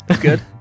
Good